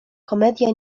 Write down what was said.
komedia